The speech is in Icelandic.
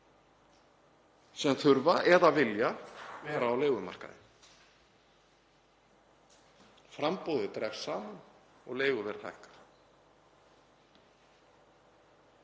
sem þurfa eða vilja vera á leigumarkaði. Framboðið dregst saman og leiguverð hækkar.